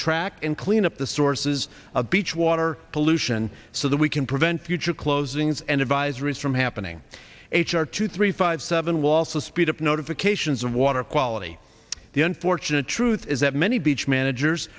track and clean up the sources of beach water pollution so that we can prevent future closings and advisories from happening h r two three five seven will also speed up notifications of water quality the unfortunate truth is that many beach managers